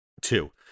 two